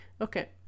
okay